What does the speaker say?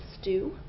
stew